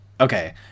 Okay